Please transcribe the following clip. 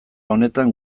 honetan